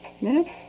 minutes